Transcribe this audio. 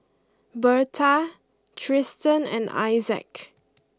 Berta Tristen and Issac